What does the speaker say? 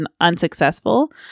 unsuccessful